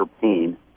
pain